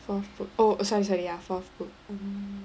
fourth book oh sorry sorry ya fourth book